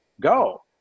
go